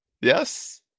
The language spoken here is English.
yes